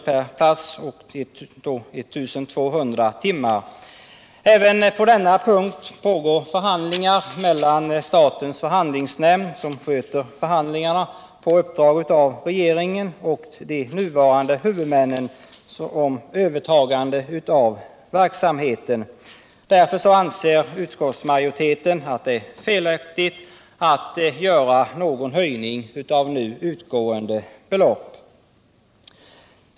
per plats och 1 200 timmar. Även på denna punkt pågår förhandlingar mellan statens förhandlingsnämnd, som sköter förhandlingarna på uppdrag av regeringen, och de nuvarande huvudmännen om övertagande av verksamheten. Därför anser utskottsmajoriteten att det är felaktigt att göra någon höjning av nu utgående belopp.